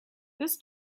this